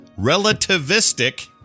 relativistic